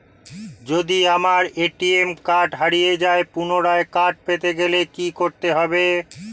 যদি আমার ATM card হারিয়ে যায় পুনরায় কার্ড পেতে গেলে কি করতে হবে?